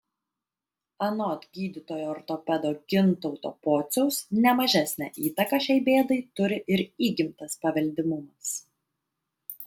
anot gydytojo ortopedo gintauto pociaus ne mažesnę įtaką šiai bėdai turi ir įgimtas paveldimumas